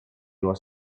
его